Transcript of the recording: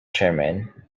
chairman